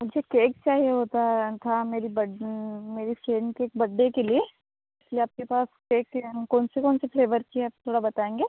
मुझे केक चाहिए होता था मेरी बड्ड मेरी फ्रेंड की बड्डे के लिए क्या आपके पास केक कौन सी कौन सी फ्लेवर की है आप थोड़ा बताएंगे